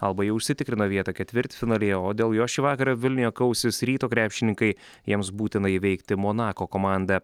alba jau užsitikrino vietą ketvirtfinalyje o dėl jo šį vakarą vilniuje kausis ryto krepšininkai jiems būtina įveikti monako komandą